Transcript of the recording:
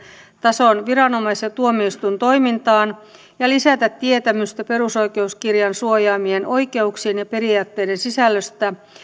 tason viranomais ja tuomioistuintoimintaan ja tulee lisätä tietämystä perusoikeuskirjan suojaamien oikeuksien ja periaatteiden sisällöstä